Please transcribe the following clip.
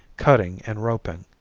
cutting and roping.